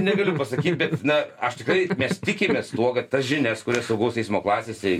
negaliu pasakyt bet na aš tikrai mes tikimės kad tas žinias kurias saugaus eismo klasėse